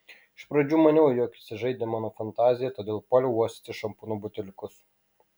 iš pradžių maniau jog įsižaidė mano fantazija todėl puoliau uostyti šampūno buteliukus